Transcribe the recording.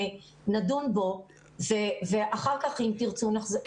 נדון בו ואחר כך אם תרצו נחזור.